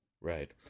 Right